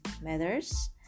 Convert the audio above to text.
matters